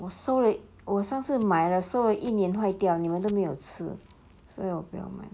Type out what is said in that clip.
我收了我上次买了收了一年坏掉你们都没有吃所以我不要买